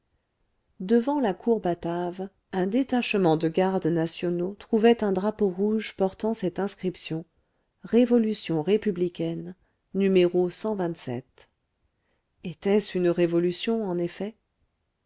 devant la cour batave un détachement de gardes nationaux trouvait un drapeau rouge portant cette inscription révolution républicaine no était-ce une révolution en effet